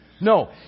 No